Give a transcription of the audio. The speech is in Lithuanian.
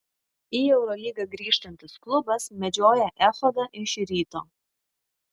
į eurolygą grįžtantis klubas medžioja echodą iš ryto